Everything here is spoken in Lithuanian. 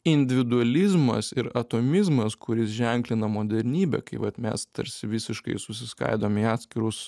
individualizmas ir atomizmas kuris ženklina modernybę kai vat mes tarsi visiškai susiskaidom į atskirus